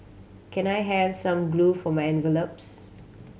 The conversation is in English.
can I have some glue for my envelopes